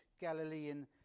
Galilean